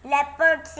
Leopard